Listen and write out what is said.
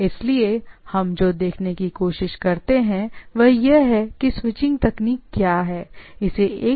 इसलिए हम जो देखने की कोशिश करते हैं वह यह है कि स्विचिंग तकनीक क्या है इसके बावजूद कि किस तरह का नेटवर्क है